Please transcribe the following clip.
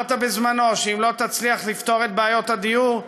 אמרת בזמנו שאם לא תצליח לפתור את בעיות הדיור,